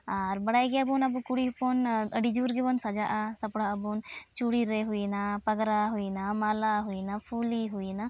ᱟᱨ ᱵᱟᱲᱟᱭ ᱜᱮᱭᱟᱵᱚᱱ ᱟᱵᱚ ᱠᱩᱲᱤ ᱦᱚᱯᱚᱱ ᱟᱹᱰᱤ ᱡᱳᱨ ᱜᱮᱵᱚᱱ ᱥᱟᱡᱟᱜᱼᱟ ᱥᱟᱯᱲᱟᱜᱼᱟ ᱵᱚᱱ ᱪᱩᱲᱤ ᱨᱮ ᱦᱩᱭᱮᱱᱟ ᱯᱟᱜᱽᱨᱟ ᱦᱩᱭᱮᱱᱟ ᱢᱟᱞᱟ ᱦᱩᱭᱮᱱᱟ ᱯᱷᱩᱞᱤ ᱦᱩᱭᱮᱱᱟ